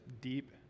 deep